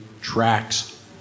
tracks